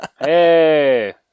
Hey